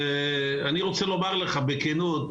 אני רוצה לומר לך בכנות,